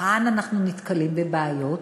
היכן אנחנו נתקלים בבעיות?